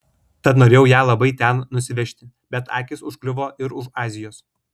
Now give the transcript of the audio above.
tad norėjau ją labai ten nusivežti bet akys užkliuvo ir už azijos